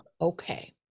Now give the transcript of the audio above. okay